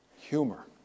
humor